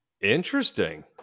Interesting